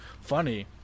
funny